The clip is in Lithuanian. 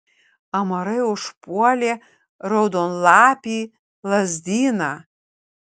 amarai užpuolė raudonlapį lazdyną